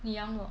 你养我